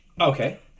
Okay